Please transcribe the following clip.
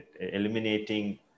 eliminating